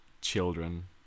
children